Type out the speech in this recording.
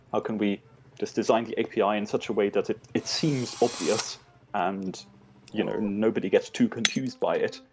how can we just design the api in such a way that it it seems obvious and you know nobody gets too confused by it,